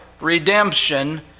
redemption